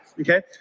okay